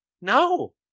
No